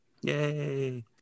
Yay